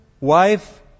wife